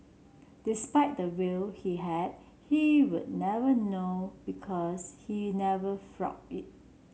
despite the wealth he had he would never know because he never flaunted it